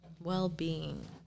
Well-being